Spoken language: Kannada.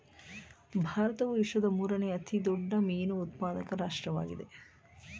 ಭಾರತವು ವಿಶ್ವದ ಮೂರನೇ ಅತಿ ದೊಡ್ಡ ಮೀನು ಉತ್ಪಾದಕ ರಾಷ್ಟ್ರವಾಗಿದೆ